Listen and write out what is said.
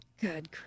Good